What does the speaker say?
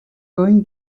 going